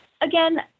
again